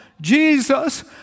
Jesus